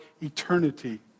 eternity